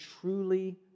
truly